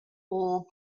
all